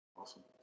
Awesome